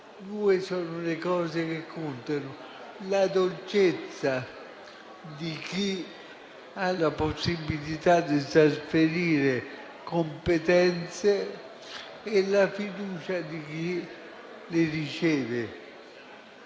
due sono le cose che contano: la dolcezza di chi ha la possibilità di trasferire competenze e la fiducia di chi le riceve.